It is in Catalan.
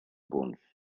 punts